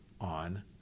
on